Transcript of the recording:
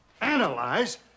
analyze